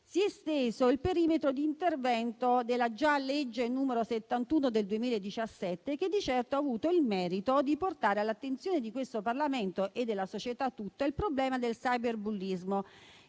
Si è esteso il perimetro di intervento della già legge n. 71 del 2017, che di certo ha avuto il merito di portare all'attenzione di questo Parlamento e della società tutta il problema del cyberbullismo,